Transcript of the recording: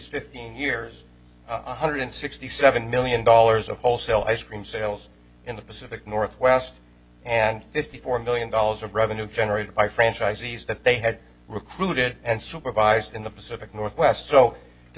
fifteen years one hundred sixty seven million dollars of wholesale ice cream sales in the pacific northwest and fifty four million dollars of revenue generated by franchisees that they had recruited and supervised in the pacific northwest so to